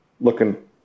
looking